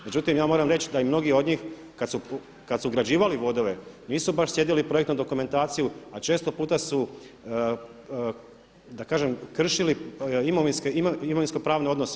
Međutim, ja moram reći da i mnogi od njih kad su ugrađivali vodove nisu baš sredili projektnu dokumentaciju, a često puta su da kažem kršili imovinsko-pravne odnose.